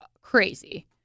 crazy